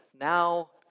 now